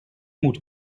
moet